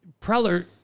Preller